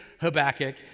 Habakkuk